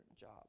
job